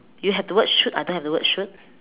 you have the word shoot I don't have the word shoot